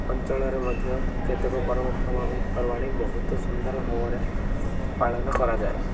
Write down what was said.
ଅଞ୍ଚଳରେ ମଧ୍ୟ କେତେକ ପର୍ବପର୍ବାଣି ବହୁତ ସୁନ୍ଦର ଭାବରେ ପାଳନ କରାଯାଏ